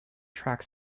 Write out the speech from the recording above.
track